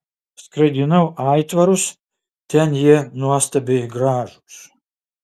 skraidinau aitvarus ten jie nuostabiai gražūs